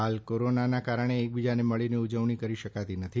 હાલ કોરોનાના કારણે એકબીજાને મળીને ઉજવણી કરી શકાતી નથી